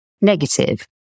negative